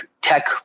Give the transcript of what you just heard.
tech